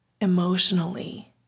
emotionally